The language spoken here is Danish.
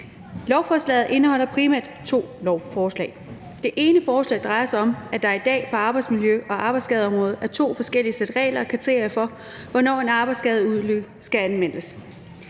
Lovforslaget indeholder primært to forslag. Det ene forslag drejer sig om, at der i dag på arbejdsmiljø- og arbejdsskadeområdet er to forskellige sæt regler og kriterier for, hvornår en arbejdsulykke skal anmeldes.